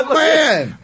man